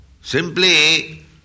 simply